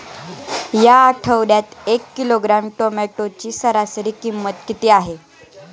या आठवड्यात एक किलोग्रॅम टोमॅटोची सरासरी किंमत किती आहे?